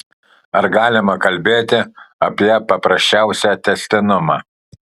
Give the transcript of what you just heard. ar galima kalbėti apie paprasčiausią tęstinumą